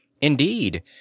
Indeed